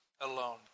alone